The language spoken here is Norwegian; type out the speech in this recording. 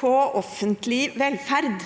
på offentlig velferd